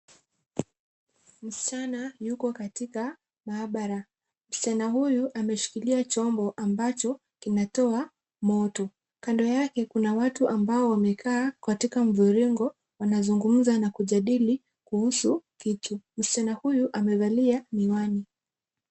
Msichana yuko katika maabara. Msichana huyu ameshikilia chombo ambacho kinatoa moto. Kando yake kuna watu ambao wamekaa katika mviringo, wanazungumza na kujadili kuhusu kitu. Msichana huyu amevalia miwani.